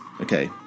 okay